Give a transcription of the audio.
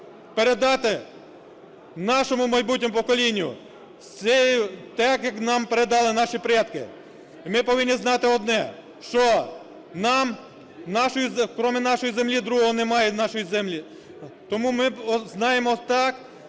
передати нашому майбутньому поколінню, так як нам передали наші предки. І ми повинні знати одне, що нам, крім нашої землі, другого немає, крім нашої землі. Тому ми знаємо так,